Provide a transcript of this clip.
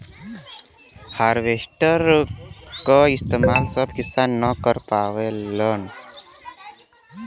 harvester क इस्तेमाल सब किसान न कर पावेलन